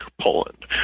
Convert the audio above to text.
Poland